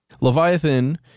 Leviathan